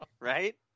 Right